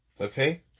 Okay